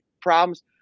problems